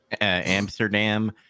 Amsterdam